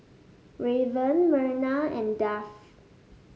Raven Myrna and Duff